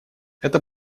это